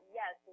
yes